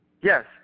Yes